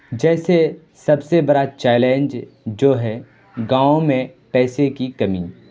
جیسے سب سے بڑا چیلنج جو ہے گاؤں میں پیسے کی کمی